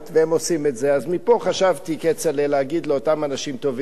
אז מפה חשבתי, כצל'ה, להגיד לאותם אנשים טובים,